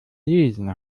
lesen